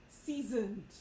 seasoned